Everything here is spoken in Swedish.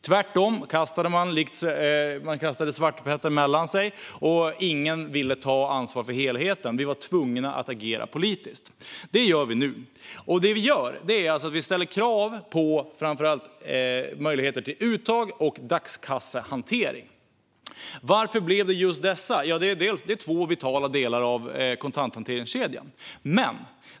Tvärtom kastade man svartepetter mellan sig, och ingen ville ta ansvar för helheten. Vi blev tvungna att agera politiskt. Det gör vi nu. Och det vi gör är att ställa krav på framför allt möjligheter till uttag och dagskassehantering. Varför blev det just dessa områden? Det är två vitala delar i kontanthanteringskedjan.